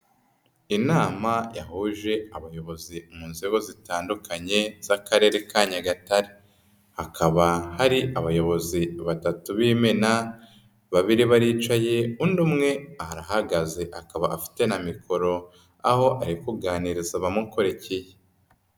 Inama yahuje abayobozi mu nzego zitandukanye z'Akarere ka Nyagatare, hakaba hari abayobozi batatu b'imena babiri baricaye undi umwe arahagaze akaba afite na mikoro aho ari kuganiriza abamukurikiye.